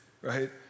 right